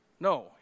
No